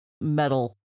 metal